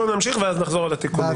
בוא נמשיך ואז נחזור על התיקונים.